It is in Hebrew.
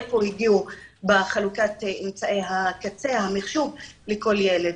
לאיפה הגיעו עם חלוקת אמצעי הקצה והמחשוב לכל ילד?